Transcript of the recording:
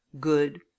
good